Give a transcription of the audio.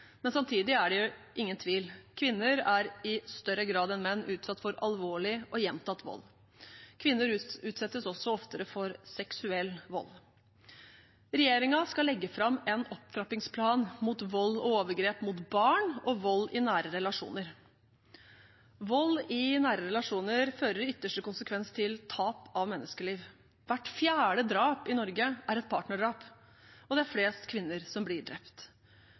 Men samtidig er det ingen tvil om at kvinner i større grad enn menn er utsatt for alvorlig og gjentatt vold. Kvinner utsettes også oftere for seksuell vold. Regjeringen skal legge fram en opptrappingsplan mot vold og overgrep mot barn og vold i nære relasjoner. Vold i nære relasjoner fører i ytterste konsekvens til tap av menneskeliv. Hvert fjerde drap i Norge er et partnerdrap, og det er flest kvinner som blir drept.